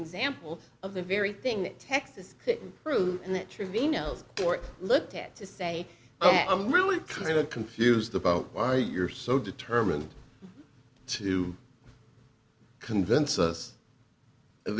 example of the very thing that texas couldn't prove and that trevino court looked at to say ok i'm really kind of confused about why you're so determined to convince us at